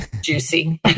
juicy